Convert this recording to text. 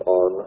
on